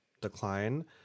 decline